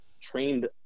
trained